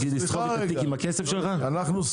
כדי לסחוב את התיק עם הכסף שלך...